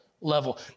level